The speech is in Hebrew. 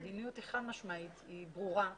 המדיניות היא חד משמעית והיא ברורה.